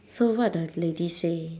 so what the lady say